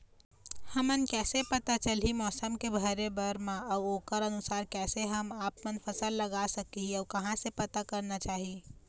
हमन कैसे पता चलही मौसम के भरे बर मा अउ ओकर अनुसार कैसे हम आपमन फसल लगा सकही अउ कहां से पता करना चाही?